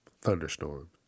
thunderstorm